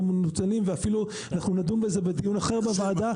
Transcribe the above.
מנוצלים ואפילו אנחנו נדון בזה בדיון אחר בוועדה,